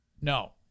no